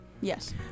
Yes